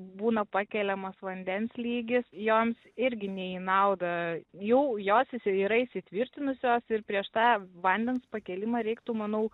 būna pakeliamas vandens lygis joms irgi ne į naudą jau jos yra įsitvirtinusios ir prieš tą vandens pakėlimą reiktų manau